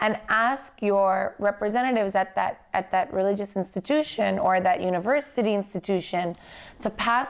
and ask your representatives at that at that religious institution or that university institution to pass